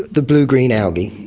the blue green algae.